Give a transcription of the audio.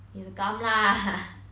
in the gum lah